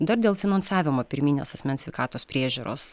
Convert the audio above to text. dar dėl finansavimo pirminės asmens sveikatos priežiūros